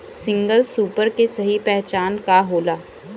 Single super के सही पहचान का होला?